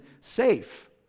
safe